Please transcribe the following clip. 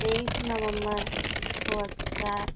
तेईस नवम्बर दो हजार